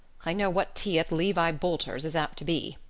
i know what tea at levi boulter's is apt to be.